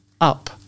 up